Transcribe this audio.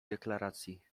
deklaracji